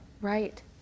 Right